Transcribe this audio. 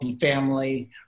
family